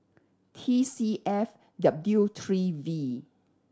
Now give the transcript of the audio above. T C F W three V